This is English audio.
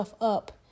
up